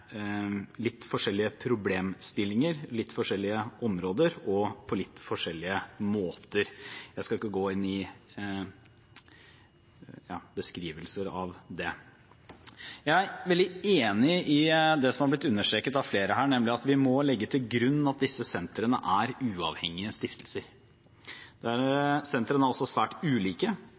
litt forskjellige problemstillinger, litt forskjellige områder og på litt forskjellige måter. Jeg skal ikke gå inn i beskrivelser av det. Jeg er veldig enig i det som har blitt understreket av flere her, nemlig at vi må legge til grunn at disse sentrene er uavhengige stiftelser. Sentrene er også svært ulike.